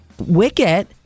Wicket